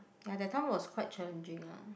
ya that time was quite challenging ah